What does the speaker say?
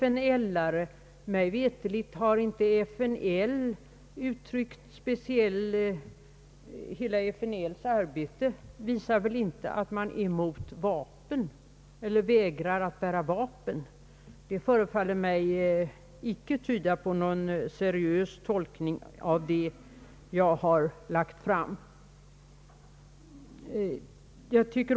Ingenting i FNL-rörelsens arbete tyder väl på att man är emot vapen eller vägrar att bära vapen. Detta sätt att resonera förefaller mig inte tyda på någon seriös tolkning av vad jag föreslagit.